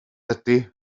ydy